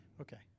Okay